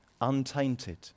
untainted